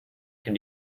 can